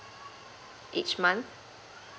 each month